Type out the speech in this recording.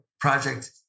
project